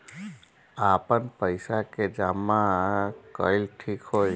आपन पईसा के जमा कईल ठीक होई?